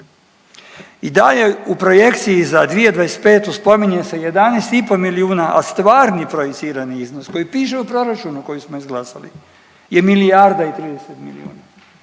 I dalje u projekciji za 2025. spominje se 11 i pol milijuna a stvarni projicirani iznos koji piše u proračunu koji smo izglasali je milijarda i 30 milijuna.